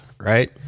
right